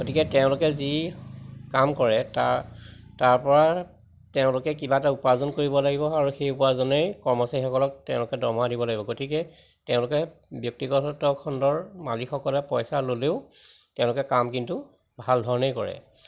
গতিকে তেওঁলোকে যি কাম কৰে তাৰ তাৰপৰা তেওঁলোকে কিবা এটা উপাৰ্জন কৰিব লাগিব আৰু সেই উপাৰ্জনেই কৰ্মচাৰীসকলক তেওঁলোকে দৰমহা দিব লাগিব গতিকে তেওঁলোকে ব্যক্তিগত খণ্ডৰ মালিকসকলে পইচা ল'লেও তেওঁলোকে কাম কিন্তু ভাল ধৰণেই কৰে